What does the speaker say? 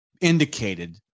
indicated